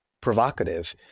provocative